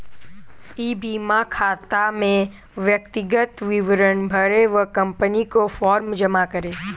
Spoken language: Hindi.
ई बीमा खाता में व्यक्तिगत विवरण भरें व कंपनी को फॉर्म जमा करें